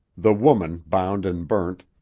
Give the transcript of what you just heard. the woman bound and burnt,